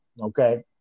okay